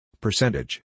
Percentage